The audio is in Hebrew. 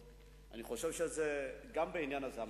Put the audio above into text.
אני רוצה לגשת לעניין עצמו.